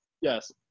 yes